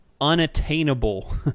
unattainable